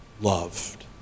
loved